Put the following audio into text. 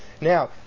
Now